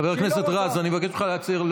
חבר הכנסת רז, אני מבקש ממך להפסיק.